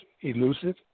elusive